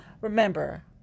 Remember